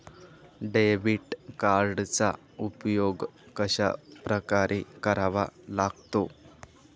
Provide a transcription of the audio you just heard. Debit कार्डचा उपयोग कशाप्रकारे करावा लागतो?